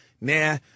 nah